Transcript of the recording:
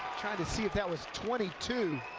trying to see if that was twenty two.